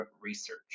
research